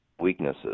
weaknesses